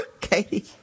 Katie